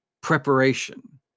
preparation